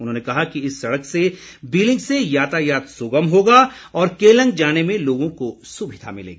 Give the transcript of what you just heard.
उन्होंने कहा कि इस सड़क से बीलिंग से यातायात सुगम होगा और केलंग जाने में लोगों को सुविधा मिलेगी